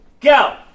Go